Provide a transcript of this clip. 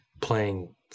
playing